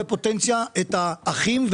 את האחים,